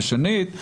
שאלה שנייה.